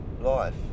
life